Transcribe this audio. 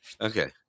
okay